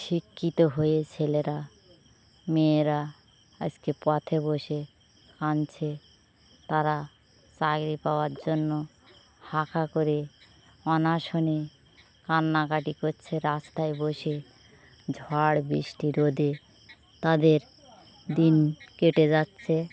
শিক্ষিত হয়ে ছেলেরা মেয়েরা আজকে পথে বসে কাঁদছে তারা চাকরি পাওয়ার জন্য খাঁ খাঁ করে অনশনে কান্নাকাটি করছে রাস্তায় বসে ঝড় বৃষ্টি রোদে তাদের দিন কেটে যাচ্ছে